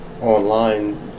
online